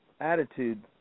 Attitude